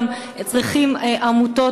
גם העמותות צריכות,